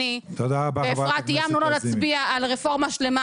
אני ואפרת איימנו לא להצביע על רפורמה שלמה